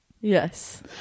yes